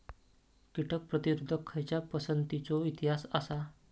कीटक प्रतिरोधक खयच्या पसंतीचो इतिहास आसा?